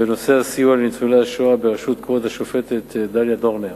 לנושא הסיוע לניצולי השואה בראשות כבוד השופטת דליה דורנר.